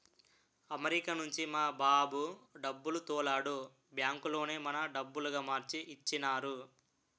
America నుంచి మా బాబు డబ్బులు తోలాడు బ్యాంకులోనే మన డబ్బులుగా మార్చి ఇచ్చినారు